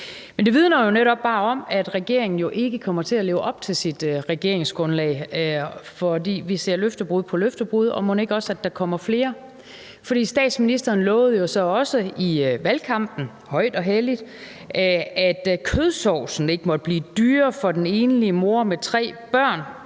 Men det vidner jo netop bare om, at regeringen ikke kommer til at leve op til sit regeringsgrundlag, for vi ser løftebrud på løftebrud, og mon ikke der også kommer flere. For statsministeren lovede jo så også i valgkampen, højt og helligt, at kødsovsen ikke måtte blive dyrere for den enlige mor med tre børn